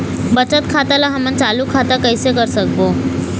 बचत खाता ला हमन चालू खाता कइसे कर सकबो?